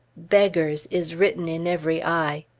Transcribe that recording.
beggars, is written in every eye.